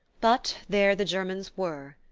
but there the germans were,